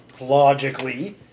logically